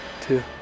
two